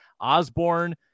Osborne